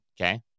okay